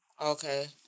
Okay